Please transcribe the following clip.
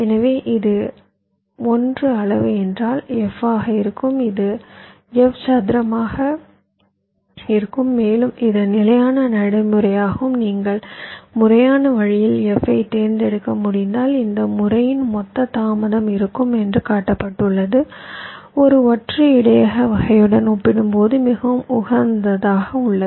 எனவே இது 1 அளவு என்றால் f ஆக இருக்கும் இது f சதுரமாக இருக்கும் மேலும் இது நிலையான நடைமுறையாகும் நீங்கள் முறையான வழியில் f ஐ தேர்ந்தெடுக்க முடிந்தால் இந்த முறையின் மொத்த தாமதம் இருக்கும் என்று காட்டப்பட்டுள்ளது ஒரு ஒற்றை இடையக வகையுடன் ஒப்பிடும்போது மிகவும் உகந்ததாக உள்ளது